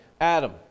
Adam